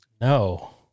no